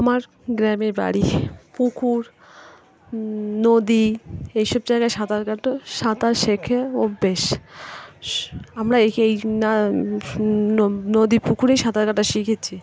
আমার গ্রামে বাড়ি পুকুর নদী এইসব জায়গায় সাঁতার কাটা সাঁতার শিখে অভ্যাস আমরা এইকে এই না নদী পুকুরেই সাঁতার কাটা শিখেছি